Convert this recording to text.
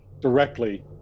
directly